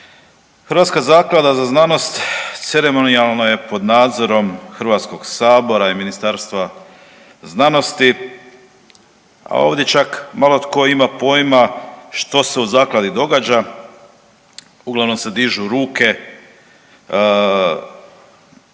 Hrvatska zaklada za znanost ceremonijalno je pod nadzorom Hrvatskog sabora i Ministarstva znanosti, a ovdje čak malo tko ima poima što se u zakladi događa, uglavnom se dižu ruke